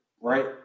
right